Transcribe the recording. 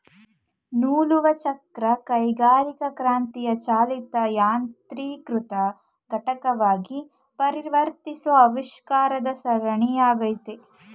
ನೂಲುವಚಕ್ರ ಕೈಗಾರಿಕಾಕ್ರಾಂತಿಯ ಚಾಲಿತ ಯಾಂತ್ರೀಕೃತ ಘಟಕವಾಗಿ ಪರಿವರ್ತಿಸೋ ಆವಿಷ್ಕಾರದ ಸರಣಿ ಆಗೈತೆ